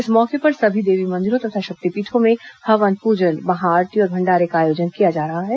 इस मौके पर सभी देवी मंदिरों तथा शक्तिपीठों में हवन प्रजन महाआरती और भंडारे का आयोजन किया जा रहा है